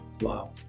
Wow